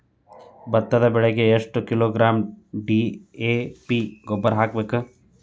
ಭತ್ತದ ಬೆಳಿಗೆ ಎಷ್ಟ ಕಿಲೋಗ್ರಾಂ ಡಿ.ಎ.ಪಿ ಗೊಬ್ಬರ ಹಾಕ್ಬೇಕ?